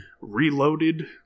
reloaded